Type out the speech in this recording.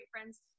friends